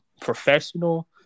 professional